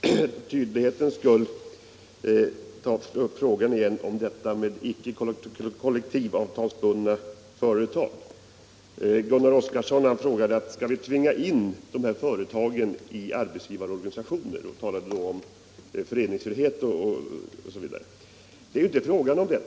Herr talman! För tydlighetens skull vill jag återuppta frågan om kollektivavtalsbundna företag. Gunnar Oskarson frågade om vi skulle tvinga in de företag det gällde i arbetsgivarorganisationerna. Han talade i det sammanhanget också bl.a. om föreningsfrihet. Men det är ju inte fråga om det.